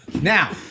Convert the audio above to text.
Now